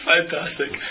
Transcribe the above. Fantastic